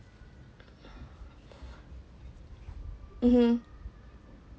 mmhmm